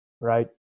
right